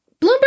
Bloomberg